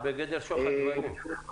זה בגדר שוחד דברים.